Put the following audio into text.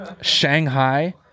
Shanghai